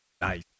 Nice